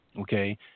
okay